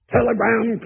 Telegram